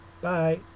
Bye